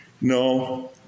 No